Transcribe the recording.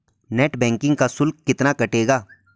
Net banking का शुल्क कितना कटेगा?